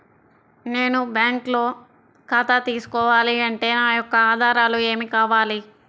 నేను బ్యాంకులో ఖాతా తీసుకోవాలి అంటే నా యొక్క ఆధారాలు ఏమి కావాలి?